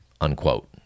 unquote